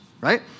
Right